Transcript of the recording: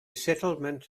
settlement